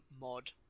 mod